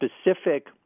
specific